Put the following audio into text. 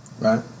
Right